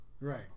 Right